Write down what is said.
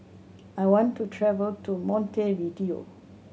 I want to travel to Montevideo